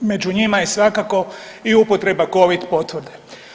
Među njima je svakako i upotreba Covid potvrde.